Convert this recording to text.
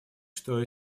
что